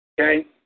Okay